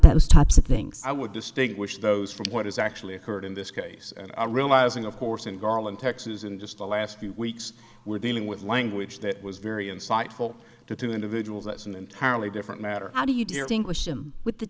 those types of things i would distinguish those from what has actually occurred in this case and realizing of course in garland texas in just the last few weeks we're dealing with language that was very insightful to two individuals that's an entirely different matter how do you do your